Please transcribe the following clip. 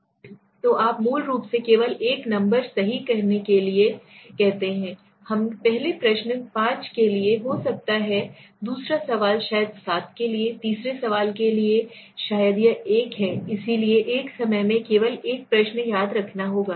तो आप मूल रूप से केवल एक नंबर सही कहने के लिए कहते हैं पहले प्रश्न 5 के लिए हो सकता है दूसरा सवाल शायद 7 के लिए तीसरे सवाल के लिए शायद यह 1 है इसलिए एक समय में केवल एक प्रश्न याद रखना होगा